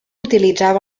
utilitzava